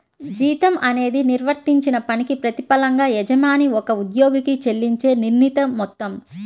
జీతం అనేది నిర్వర్తించిన పనికి ప్రతిఫలంగా యజమాని ఒక ఉద్యోగికి చెల్లించే నిర్ణీత మొత్తం